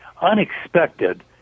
unexpected